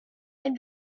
and